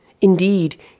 Indeed